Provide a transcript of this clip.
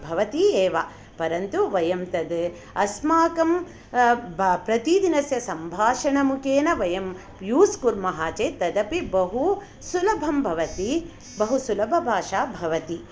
भवति एव परन्तु वयं तद् अस्माकं प्रतिदिनस्य सम्भाषणमुखेन वयं यूज़् कुर्मः चेत् तदपि बहु सुलभं भवति बहुसुलभभाषा भवति